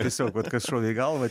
tiesiog vat kas šovė į galvą